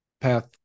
path